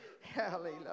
Hallelujah